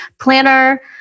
planner